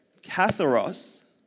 katharos